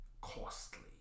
costly